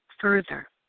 further